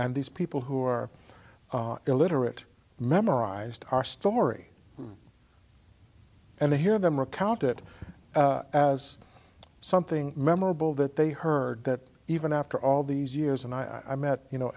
and these people who are illiterate memorized our story and i hear them recount it as something memorable that they heard that even after all these years and i met you know